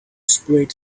sprayed